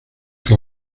que